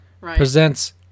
presents